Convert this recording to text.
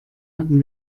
hatten